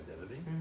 identity